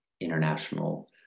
international